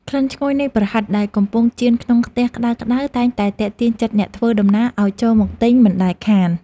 ក្លិនឈ្ងុយនៃប្រហិតដែលកំពុងចៀនក្នុងខ្ទះក្តៅៗតែងតែទាក់ទាញចិត្តអ្នកធ្វើដំណើរឱ្យចូលមកទិញមិនដែលខាន។